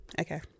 okay